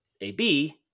AB